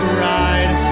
ride